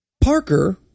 Parker